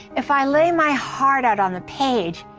if i lay my heart out on the page,